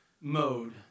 mode